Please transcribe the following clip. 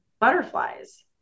Butterflies